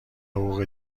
حقوق